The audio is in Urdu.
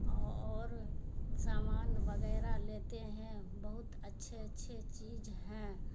اور سامان وغیرہ لیتے ہیں بہت اچھے اچھے چیز ہیں